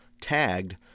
tagged